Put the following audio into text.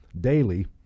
daily